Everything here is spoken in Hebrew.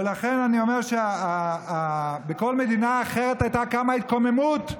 ולכן אני אומר שבכל מדינה אחרת הייתה קמה התקוממות,